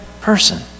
person